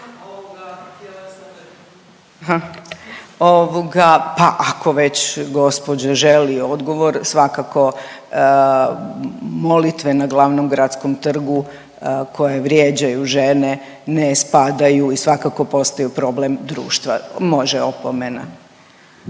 pa ako već gospođa želi odgovor svakako molitve na glavnom gradskom trgu koje vrijeđaju žene ne spadaju i svakako postaju problem društva. Može opomena.